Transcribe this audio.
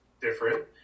different